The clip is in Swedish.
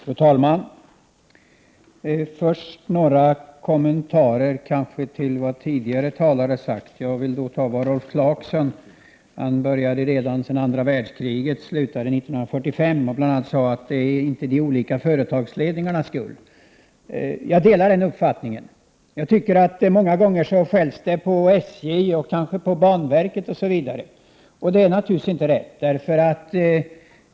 Fru talman! Först vill jag göra några kommentarer till vad tidigare talare har sagt. Rolf Clarkson började vid andra världskrigets slut, 1945, och han sade bl.a. att järnvägens utveckling därefter inte var de olika företagsledningarnas skuld. Jag delar den uppfattningen. Många gånger skälls det på SJ och banverket m.fl., och det är naturligtvis inte rätt.